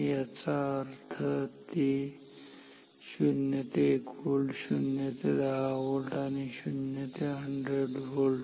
याचा अर्थ 0 ते 1 व्होल्ट 0 ते 10 व्होल्ट आणि 0 ते 100 व्होल्ट